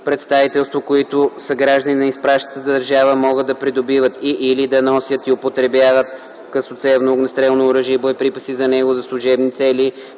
представителство, които са граждани на изпращащата държава, могат да придобиват и/или да носят и употребяват късоцевно огнестрелно оръжие и боеприпаси за него за служебни цели